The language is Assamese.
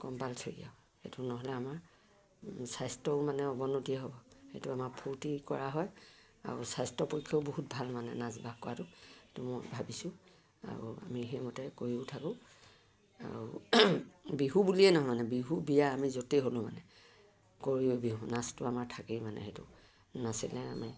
কম্পালচৰী আৰু সেইটো নহ'লে আমাৰ স্বাস্থ্যও মানে অৱনতি হ'ব সেইটো আমাৰ ফূৰ্তি কৰা হয় আৰু স্বাস্থ্যৰ পক্ষেও বহুত ভাল মানে নাচ বাগ কৰাটো সেইটো মই ভাবিছোঁ আৰু আমি সেইমতে কৰিও থাকোঁ আৰু বিহু বুলিয়ে নহয় মানে বিহু বিয়া আমি য'তেই হ'লেও মানে কৰোঁৱে বিহু নাচটো আমাৰ থাকেই মানে সেইটো নাচিলে আমি